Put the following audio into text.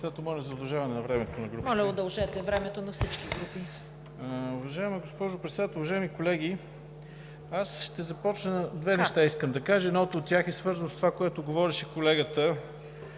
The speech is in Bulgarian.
Моля, удължете времето на всички групи.